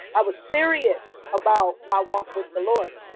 i was serious about my walk with the lord.